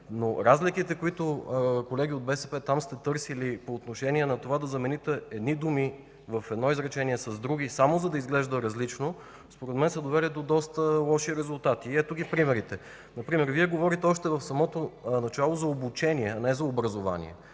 Но разликите, които, колеги от БСП, сте търсили там по отношение на това да замените едни думи с други в едно изречение, само за да изглежда различно, според мен са довели до доста лоши резултати. Ето примерите. Вие говорите още в самото начало за „обучение”, а не за „образование”.